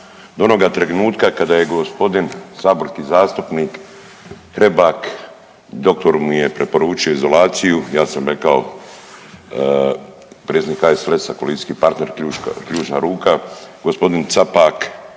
do onoga trenutka kada je gospodin saborski zastupnik Hrebak doktor mu je preporučio izolaciju, ja sam rekao, predsjednik HSLS-a koalicijski partner ključna ruka g. Capak